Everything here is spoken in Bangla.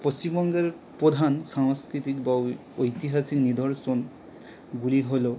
পশ্চিমবঙ্গের প্রধান সাংস্কৃতিক বা ঐ ঐতিহাসিক নিদর্শনগুলি হলো